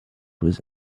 was